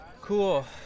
Cool